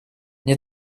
мне